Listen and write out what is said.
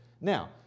Now